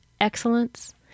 excellence